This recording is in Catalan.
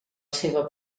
seva